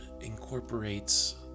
incorporates